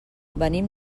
venim